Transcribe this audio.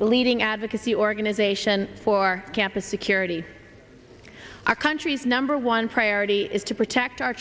a leading advocacy organization for campus security our country's number one priority is to protect our